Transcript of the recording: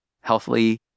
healthily